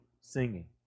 singing